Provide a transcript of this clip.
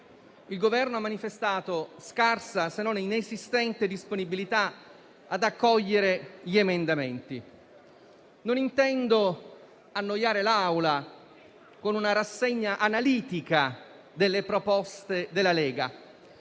il Governo ha manifestato scarsa, se non inesistente, disponibilità ad accogliere gli emendamenti. Non intendo annoiare l'Assemblea con una rassegna analitica delle proposte della Lega.